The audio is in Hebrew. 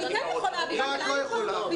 אני כן יכולה, בשביל זה אני פה.